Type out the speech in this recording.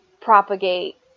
propagate